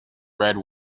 red